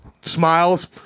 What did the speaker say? Smiles